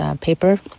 paper